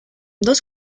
dos